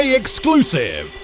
exclusive